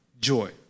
joy